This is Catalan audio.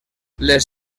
les